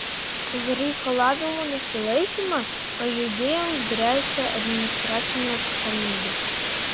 už reikalavimų nesilaikymą pažeidėjams gresia administracinė atsakomybė